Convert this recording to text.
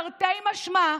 תרתי משמע,